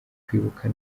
kwibuka